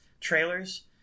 trailers